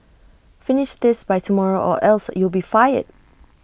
finish this by tomorrow or else you'll be fired